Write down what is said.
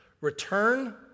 Return